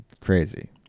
crazy